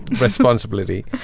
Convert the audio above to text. Responsibility